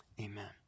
amen